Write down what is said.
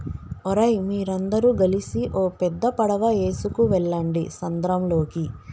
ఓరై మీరందరు గలిసి ఓ పెద్ద పడవ ఎసుకువెళ్ళండి సంద్రంలోకి